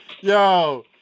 yo